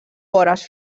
vores